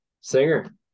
singer